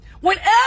Whenever